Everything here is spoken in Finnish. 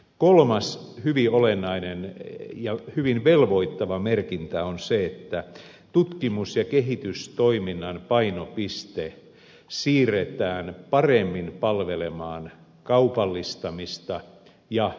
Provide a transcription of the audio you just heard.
kolmas hyvin olennainen ja hyvin velvoittava merkintä on se että tutkimus ja kehitystoiminnan painopiste siirretään paremmin palvelemaan kaupallistamista ja kansainvälistymistä